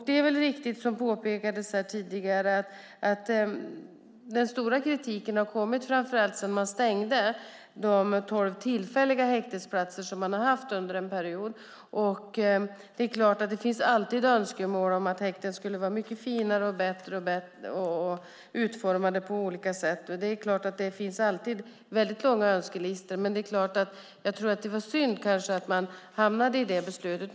Det är riktigt, som tidigare påpekades, att den stora kritiken framför allt kommit sedan de tolv tillfälliga häktesplatser som fanns under en period stängdes. Det finns förstås alltid önskemål om att häktena borde vara finare och bättre och utformade på olika sätt. Det finns alltid långa önskelistor, men det kanske var synd att man landade i det beslutet.